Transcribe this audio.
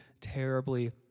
terribly